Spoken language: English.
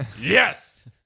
Yes